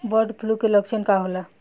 Bird flu के लक्षण का होला?